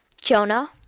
Jonah